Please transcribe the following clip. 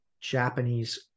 japanese